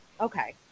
Okay